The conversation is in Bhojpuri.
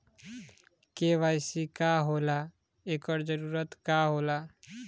के.वाइ.सी का होला एकर जरूरत का होला?